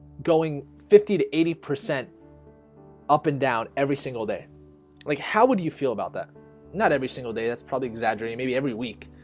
going fifty to eighty percent up and down every single day like how would you feel about that not every single day? that's probably exaggerating. maybe every week,